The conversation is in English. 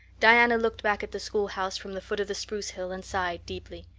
diana looked back at the schoolhouse from the foot of the spruce hill and sighed deeply.